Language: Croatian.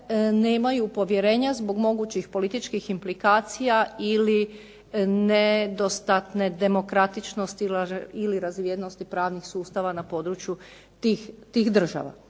nemaju povjerenja zbog mogućih političkih implikacija ili nedostatne demokratičnosti ili razvijenosti pravnih sustava na području tih država.